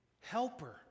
helper